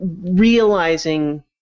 realizing